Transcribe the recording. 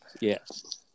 Yes